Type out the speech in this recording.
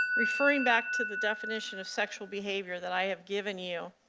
referring back to the definition of sexual behavior that i have given you,